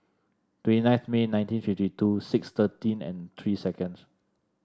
twenty nine May nineteen fifty two six thirteen and three seconds